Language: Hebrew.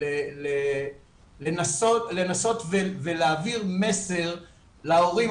לנסות ולהעביר מסר להורים.